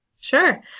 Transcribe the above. Sure